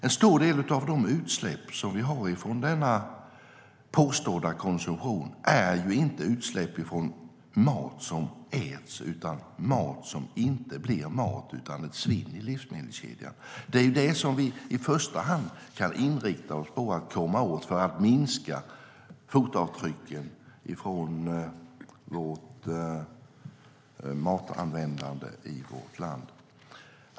En stor del av det utsläpp vi har från denna konsumtion är inte utsläpp från mat som äts utan från matsvinn i livsmedelskedjan. Det är detta vi i första hand kan inrikta oss på för att minska fotavtrycken från matanvändandet i vårt land.